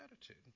attitude